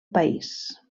país